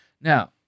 Now